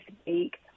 speak